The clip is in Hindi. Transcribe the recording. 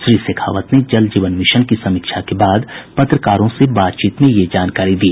श्री शेखावत ने जल जीवन मिशन की समीक्षा के बाद पत्रकारों से बातचीत में यह जानकारी दी